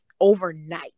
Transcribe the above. overnight